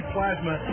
Plasma